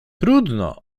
trudno